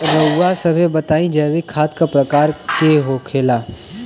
रउआ सभे बताई जैविक खाद क प्रकार के होखेला?